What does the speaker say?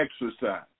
exercise